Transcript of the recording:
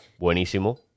Buenísimo